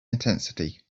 intensity